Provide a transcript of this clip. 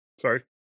Sorry